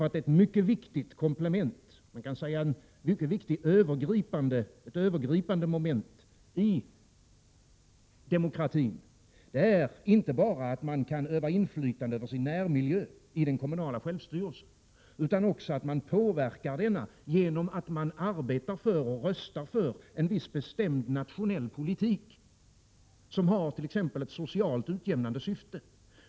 Ett mycket viktigt komplement, ett övergripande moment i demokratin, är att man inte bara kan öva inflytande över sin närmiljö i den kommunala självstyrelsen utan att man också påverkar denna genom att man arbetar för och röstar för en viss bestämd nationell politik, som har t.ex. ett socialt utjämnande syfte.